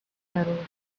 metal